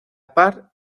par